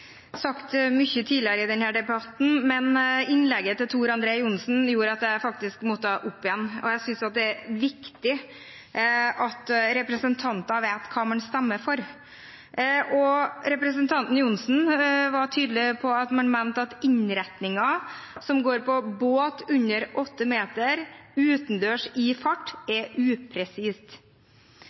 sagt mye tidligere i denne debatten, men innlegget til Tor André Johnsen gjorde at jeg måtte opp igjen. Jeg synes det er viktig at representanter vet hva man stemmer for. Representanten Johnsen var tydelig på at man mente at innretningen som gjelder for båter mindre enn åtte meter, utendørs og i fart, er upresist.